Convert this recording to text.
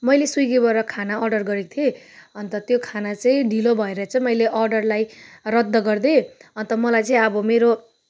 मैले स्विगीबाट खाना अर्डर गरेको थिएँ अन्त त्यो खाना चाहिँ ढिलो भएर चाहिँ मैले अर्डरलाई रद्द गरिदिएँ अन्त मलाई चाहिँ अब मेरो